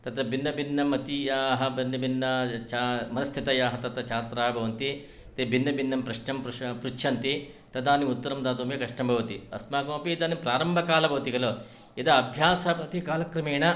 तत्र भिन्नभिन्नमतीयाः भिन्नभिन्न मनस्थितयाः तत्र छात्राः भवन्ति ते भिन्नभिन्नं प्रश्नं पृच्छन्ति तदानीं उत्तरं दातुम् एव कष्टं भवति अस्माकमपि इदानीं प्रारम्भकालः भवति खलु यदा अभ्यासन्ति कालक्रमेण